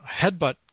Headbutt